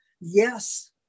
yes